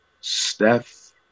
Steph